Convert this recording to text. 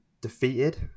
defeated